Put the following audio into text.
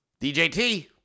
DJT